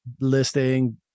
listing